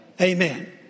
Amen